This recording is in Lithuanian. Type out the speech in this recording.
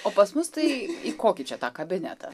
o pas mus tai į kokį čia tą kabinetą